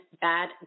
Bad